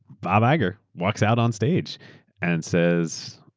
bob iger walks out on stage and says,